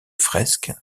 fresque